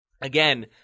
again